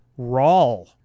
Rawl